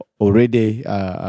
already